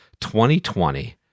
2020